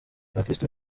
abakirisitu